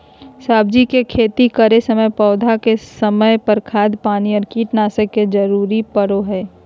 सब्जी के खेती करै समय पौधा के समय पर, खाद पानी और कीटनाशक के जरूरत परो हइ